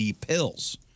pills